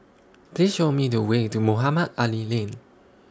Please Show Me The Way to Mohamed Ali Lane